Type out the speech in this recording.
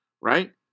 right